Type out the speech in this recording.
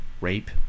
rape